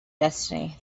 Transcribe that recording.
destiny